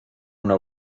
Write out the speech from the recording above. una